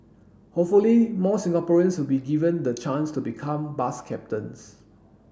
hopefully more Singaporeans will be given the chance to become bus captains